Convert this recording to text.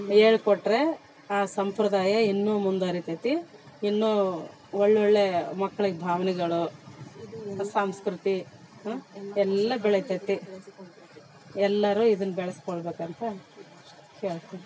ಹೇಳ್ಕೊಟ್ರೇ ಆ ಸಂಪ್ರದಾಯ ಇನ್ನೂ ಮುಂದ್ವರಿತದೆ ಇನ್ನೂ ಒಳ್ಳೊಳ್ಳೇ ಮಕ್ಳಿಗೆ ಭಾವನೆಗಳು ಸಂಸ್ಕೃತಿ ಎಲ್ಲ ಬೆಳಿತದೆ ಎಲ್ಲರೂ ಇದನ್ನು ಬೆಳೆಸ್ಕೋಳ್ಬೇಕಂತ ಹೇಳ್ತಿನಿ